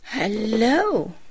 Hello